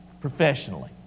professionally